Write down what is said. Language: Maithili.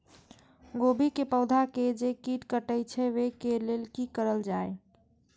गोभी के पौधा के जे कीट कटे छे वे के लेल की करल जाय?